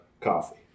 coffee